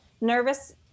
nervous